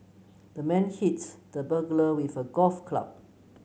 the man hit the burglar with a golf club